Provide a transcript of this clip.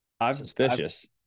suspicious